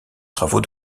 travaux